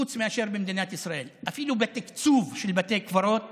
חוץ מאשר במדינת ישראל: אפילו בתקצוב של בתי קברות